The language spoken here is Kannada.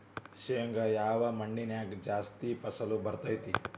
ಶೇಂಗಾ ಯಾವ ಮಣ್ಣಿನ್ಯಾಗ ಜಾಸ್ತಿ ಫಸಲು ಬರತೈತ್ರಿ?